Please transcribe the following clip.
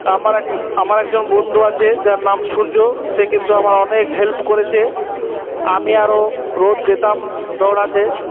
তা আমার এক আমার একজন বন্ধু আছে যার নাম সূর্য সে কিন্তু আমার অনেক হেল্প করেছে আমি আর ও রোজ যেতাম দৌড়াতে